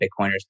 Bitcoiners